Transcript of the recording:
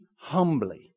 humbly